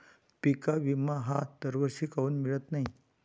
पिका विमा हा दरवर्षी काऊन मिळत न्हाई?